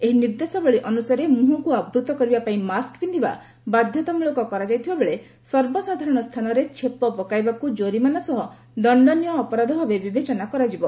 ଏହି ନିର୍ଦ୍ଦେଶାବଳୀ ଅନୁସାରେ ମୁହଁକୁ ଆବୃତ କରିବା ପାଇଁ ମାସ୍କ ପିନ୍ଧିବା ବାଧତାମୂଳକ କରାଯାଇଥିବା ବେଳେ ସର୍ବସାଧାରଣ ସ୍ଥାନରେ ଛେପ ପକାଇବାକୁ ଜୋରିମାନା ସହ ଦଣ୍ଡନୀୟ ଅପରାଧ ଭାବେ ବିବେଚନା କରାଯିବ